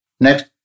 Next